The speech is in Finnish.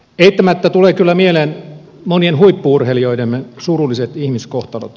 eittämättä tulee kyllä mieleen monien huippu urheilijoidemme surulliset ihmiskohtalot